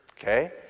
okay